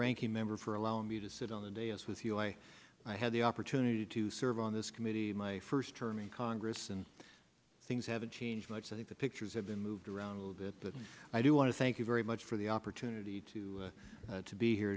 ranking member for allowing me to sit on the day as with you i had the opportunity to serve on this committee my first term in congress and things haven't changed much i think the pictures have been moved around a little bit but i do want to thank you very much for the opportunity to to be here